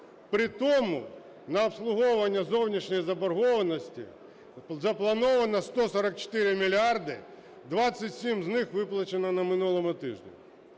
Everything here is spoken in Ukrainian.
При тому на обслуговування зовнішньої заборгованості заплановано 144 мільярди, 27 з них виплачено на минулому тижні.